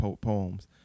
poems